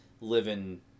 living